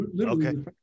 Okay